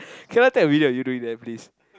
can I take a video of you doing that please